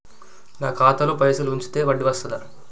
నాకు ఖాతాలో పైసలు ఉంచితే వడ్డీ వస్తదా?